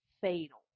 fatal